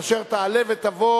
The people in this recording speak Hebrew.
אשר תעלה ותבוא